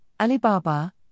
Alibaba